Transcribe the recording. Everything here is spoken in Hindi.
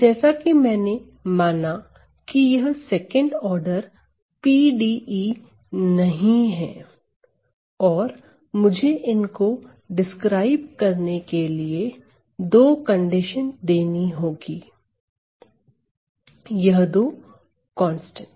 तो जैसा कि मैंने माना कि यह सेकंड ऑर्डर PDE नहीं है और मुझे इनको डिस्क्राइब करने के लिए दो कंडीशन देनी होंगी यह दो कांस्टेंट